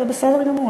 זה בסדר גמור.